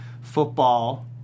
football